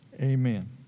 amen